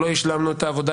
לא השלמנו את העבודה,